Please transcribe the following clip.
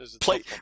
Play